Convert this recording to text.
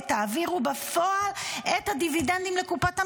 ותעבירו בפועל את הדיבידנדים לקופת המדינה.